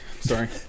Sorry